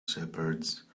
shepherds